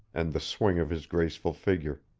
and the swing of his graceful figure.